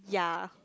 ya